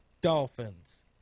Dolphins